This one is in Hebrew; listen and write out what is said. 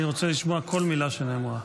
אני רוצה לשמוע כל מילה שנאמרה.